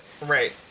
Right